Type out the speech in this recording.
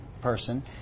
person